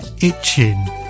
itching